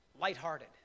lighthearted